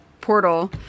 portal